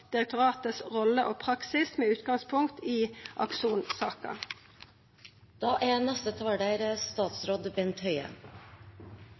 direktoratets roller og praksis med utgangspunkt i Akson-saken. Når det er